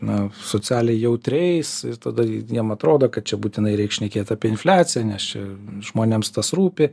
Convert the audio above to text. na socialiai jautriais ir tada jiem atrodo kad čia būtinai reik šnekėt apie infliaciją nes čia žmonėms tas rūpi